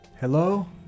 hello